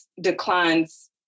declines